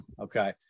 Okay